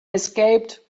escaped